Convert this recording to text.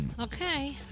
Okay